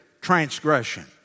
transgression